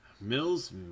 mills